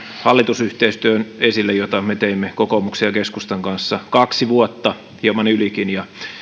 hallitusyhteistyön jota me teimme kokoomuksen ja keskustan kanssa kaksi vuotta hieman ylikin